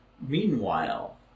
Meanwhile